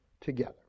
together